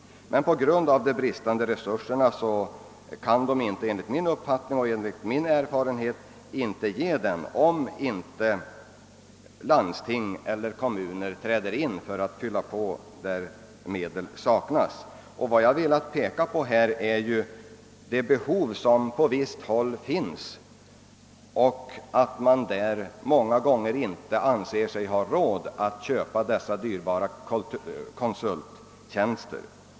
Men på grund av bristande resurser kan de enligt min uppfattning och erfarenhet inte ge den, om inte landsting eller kommu ner träder in för att fylla på där medel saknas. Vad jag velat peka på är det behov som på visst håll finns och att man många gånger inte anser sig ha råd att köpa dessa dyrbara konsulttjänster.